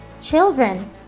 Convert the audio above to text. Children